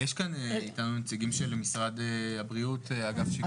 יש כאן נציגים של משרד הבריאות באגף שיקום?